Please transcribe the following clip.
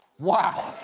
wow,